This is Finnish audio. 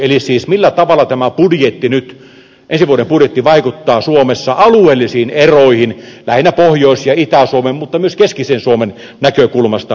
eli millä tavalla ensi vuoden budjetti vaikuttaa suomessa alueellisiin eroihin lähinnä pohjois ja itä suomen mutta myös keskisen suomen näkökulmasta katsottuna